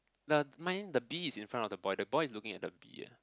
the mine the bee is in front of the boy the boy is looking at the bee eh